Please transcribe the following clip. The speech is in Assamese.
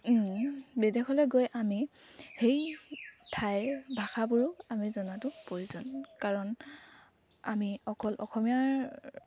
বিদেশলৈ গৈ আমি সেই ঠাইৰ ভাষাবোৰো আমি জনাটো প্ৰয়োজন কাৰণ আমি অকল অসমীয়াৰ